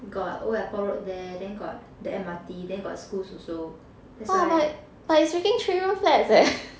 got old airport road there then got the M_R_T then got schools also that's why